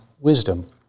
wisdom